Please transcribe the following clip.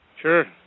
Sure